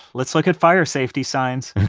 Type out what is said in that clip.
let's look at fire safety signs. oh,